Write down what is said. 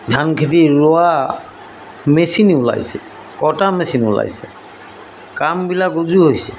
ধান খেতি ৰোৱা মেচিন ওলাইছে কটা মেচিন ওলাইছে কামবিলাক উজু হৈছে